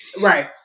Right